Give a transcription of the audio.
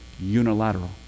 unilateral